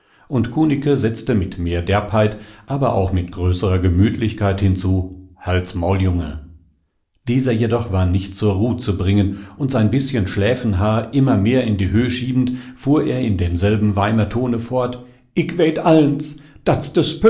und kunicke setzte mit mehr derbheit aber auch mit größerer gemüthlichkeit hinzu halt's maul junge dieser jedoch war nicht zur ruh zu bringen und sein bischen schläfenhaar immer mehr in die höh schiebend fuhr er in demselben weimertone fort